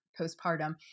postpartum